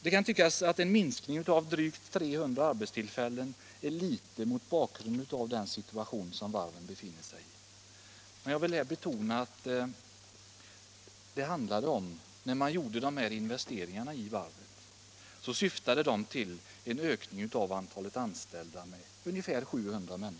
Det kan tyckas att en minskning med drygt 300 arbetstillfällen är litet mot bakgrund av den situation som Uddevallavarvet befinner sig i. Jag vill emellertid betona att när investeringarna i varvet gjordes, så syftade de till en ökning av antalet anställda där med ca 700 man.